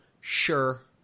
Sure